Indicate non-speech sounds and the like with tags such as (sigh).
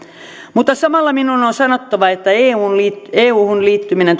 mutta samalla minun on on sanottava että euhun liittyminen (unintelligible)